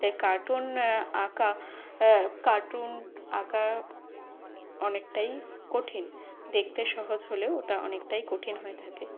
তাই কার্টুন আঁকা কার্টুন আঁকা অনেকটাই কঠিন দেখতে সহজ হলেও ওটা অনেকটাই কঠিন হয়ে থাকে